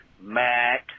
Matt